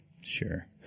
Sure